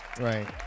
right